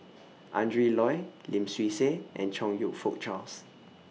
Adrin Loi Lim Swee Say and Chong YOU Fook Charles